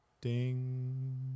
ding